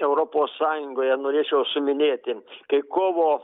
europos sąjungoje norėčiau suminėti tai kovo